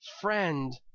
friend